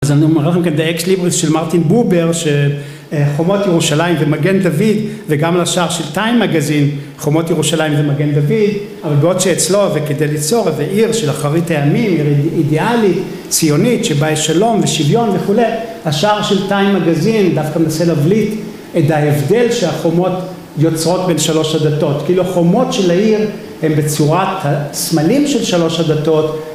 ‫אז אני מראה לכם ‫את ה-X ליבריס של מרטין בובר, ‫שחומות ירושלים ומגן דוד, ‫וגם על השער של טיים מגזין, ‫חומות ירושלים ומגן דוד, ‫הרגות שאצלו, וכדי ליצור, ‫הוא העיר של אחרית הימים, ‫היא עיר אידיאלית ציונית, ‫שבה יש שלום ושוויון וכולי. ‫השער של טיים מגזין דווקא מנסה ‫לבליט את ההבדל ‫שהחומות יוצרות בין שלוש הדתות. ‫כאילו, חומות של העיר ‫הם בצורת סמלים של שלוש הדתות.